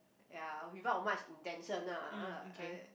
ya without much intention ah I